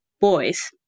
boys